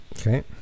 Okay